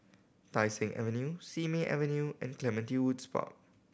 Tai Seng Avenue Simei Avenue and Clementi Woods Park